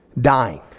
dying